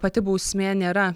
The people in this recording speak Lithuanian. pati bausmė nėra